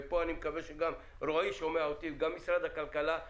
ופה אני מקווה שגם רועי שומע אותי וגם משרד הכלכלה,